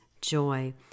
joy